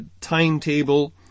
timetable